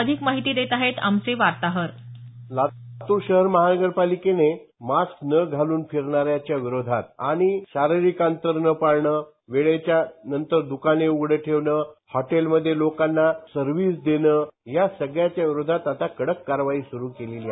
अधिक माहिती देत आहेत आमचे वार्ताहर लातूर शहर महानगरपालिकेने मास्क न घालून फिरणाऱ्याच्या विरोधात आणि शारीरिक अंतर न पाळणं वेळेच्या नंतर दकानं उघडे ठेवणं हॉटेलमध्ये लोकांना सर्विस देणं या सगळ्याच्या विरोधात कडक कारवाई सूरू केलेली आहे